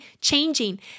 changing